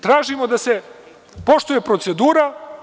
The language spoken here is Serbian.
Tražimo da se poštuje procedura.